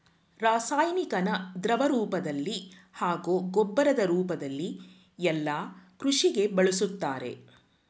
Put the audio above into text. ರಾಸಾಯನಿಕನ ದ್ರವರೂಪ್ದಲ್ಲಿ ಹಾಗೂ ಗೊಬ್ಬರದ್ ರೂಪ್ದಲ್ಲಿ ಯಲ್ಲಾ ಕೃಷಿಗೆ ಬಳುಸ್ತಾರೆ